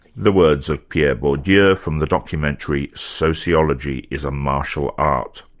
the words of pierre bourdieu yeah from the documentary sociology is a martial art.